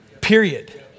period